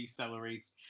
decelerates